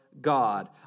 God